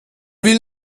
will